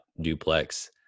Duplex